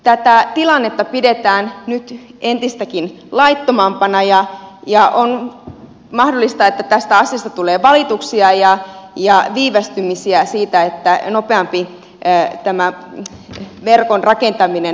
tätä tilannetta pidetään nyt entistäkin laittomampana ja on mahdollista että tästä asiasta tulee valituksia ja viivästymisiä siitä että nopeampi verkon rakentaminen mahdollistetaan